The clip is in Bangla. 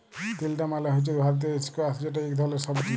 তিলডা মালে হছে ভারতীয় ইস্কয়াশ যেট ইক ধরলের সবজি